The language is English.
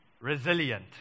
Resilient